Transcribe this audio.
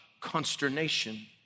consternation